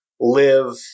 live